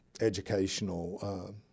educational